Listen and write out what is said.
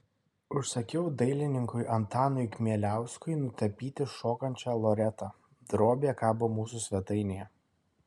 užsakiau dailininkui antanui kmieliauskui nutapyti šokančią loretą drobė kabo mūsų svetainėje